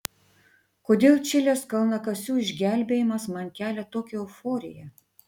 kodėl čilės kalnakasių išgelbėjimas man kelia tokią euforiją